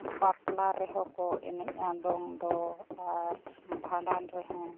ᱵᱟᱯᱞᱟ ᱨᱮᱦᱚᱸ ᱠᱚ ᱮᱱᱮᱡᱼᱟ ᱫᱚᱝ ᱫᱚ ᱟᱨ ᱵᱷᱟᱸᱰᱟᱱ ᱨᱮᱦᱚᱸ